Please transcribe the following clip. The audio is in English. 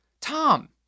Tom